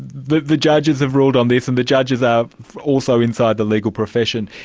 the the judges have ruled on this and the judges are also inside the legal profession.